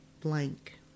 blank